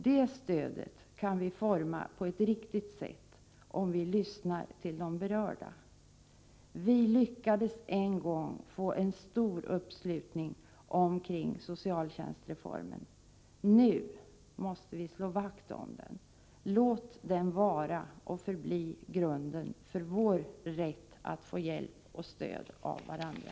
Det stödet kan vi forma på ett riktigt sätt om vi lyssnar till de berörda. Vi lyckades en gång få en stor uppslutning omkring socialtjänstreformen. Nu måste vi slå vakt om den. Låt den vara och förbli grunden för vår rätt att få hjälp och stöd av varandra!